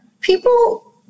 people